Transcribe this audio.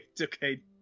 okay